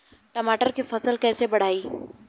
टमाटर के फ़सल कैसे बढ़ाई?